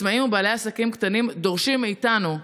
עצמאים ובעלי עסקים קטנים דורשים מאיתנו,